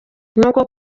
nuko